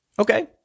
Okay